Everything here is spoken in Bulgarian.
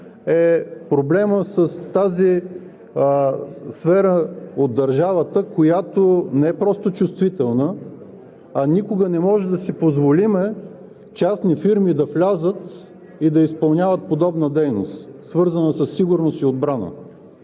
е проблемът с тази сфера от държавата, която е не просто чувствителна, а никога не може да си позволим частни фирми да влязат и да изпълняват подобна дейност, свързана със сигурност и отбрана.